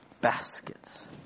baskets